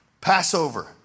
Passover